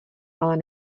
ale